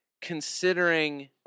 considering